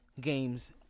games